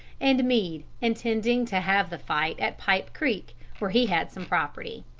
and meade intending to have the fight at pipe creek, where he had some property.